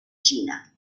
china